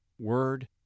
word